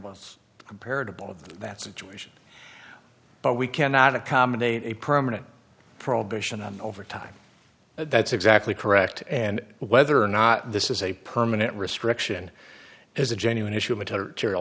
most comparable of that situation but we cannot accommodate a permanent prohibition on overtime that's exactly correct and whether or not this is a permanent restriction is a genuine issue